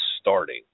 starting